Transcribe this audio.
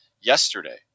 yesterday